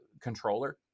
controller